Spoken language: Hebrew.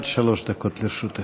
עד שלוש דקות לרשותך.